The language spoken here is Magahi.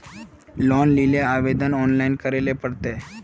लोन लेले आवेदन ऑनलाइन करे ले पड़ते?